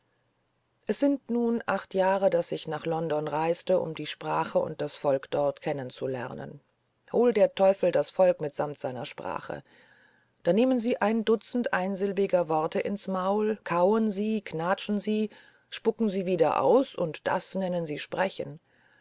es sind nun acht jahre daß ich nach london reiste um die sprache und das volk dort kennenzulernen hol der teufel das volk mitsamt seiner sprache da nehmen sie ein dutzend einsilbiger worte ins maul kauen sie knatschen sie spucken sie wieder aus und das nennen sie sprechen